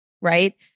right